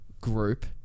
group